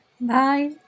Bye